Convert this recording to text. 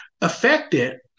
affected